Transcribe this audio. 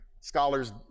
Scholars